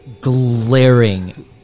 glaring